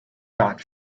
not